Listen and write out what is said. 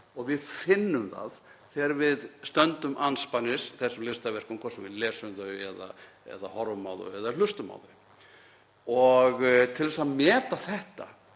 og við finnum það þegar við stöndum andspænis þessum listaverkum, hvort sem við lesum þau, horfum á þau eða hlustum á þau. Til að meta þetta